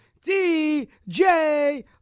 DJ